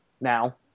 now